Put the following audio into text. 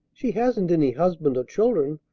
she hasn't any husband or children,